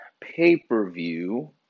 pay-per-view